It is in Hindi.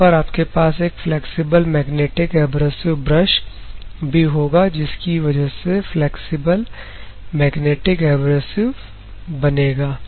जहां पर आपके पास एक फ्लैक्सिबल मैग्नेटिक एब्रेसिव ब्रश भी होगा जिसकी वजह से फ्लैक्सिबल मैग्नेटिक एब्रेसिव बनेगा